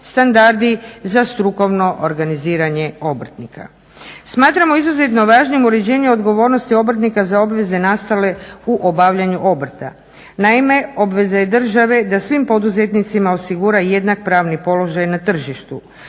standardi za strukovno organiziranje obrtnika. Smatramo izuzetno važnim uređenje odgovornosti obrtnika za obveze nastale u obavljanju obrta. Naime, obveza je države da svim poduzetnicima osigura jednak pravni položaj na tržištu.